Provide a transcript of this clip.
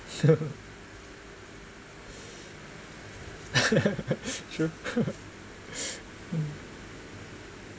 true